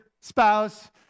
spouse